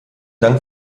dank